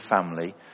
family